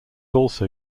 also